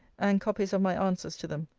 and copies of my answers to them.